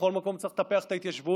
ובכל מקום צריך לטפח את ההתיישבות,